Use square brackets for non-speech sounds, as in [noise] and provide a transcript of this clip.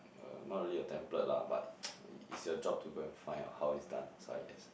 uh not really a template lah but [noise] it it's your job to go and find out how it's done so I guess